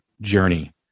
Journey